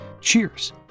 Cheers